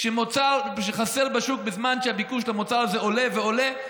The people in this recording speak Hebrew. כאשר מוצר חסר בשוק בזמן שהביקוש למוצר הזה עולה ועולה,